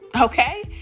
Okay